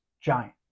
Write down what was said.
giant